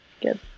Good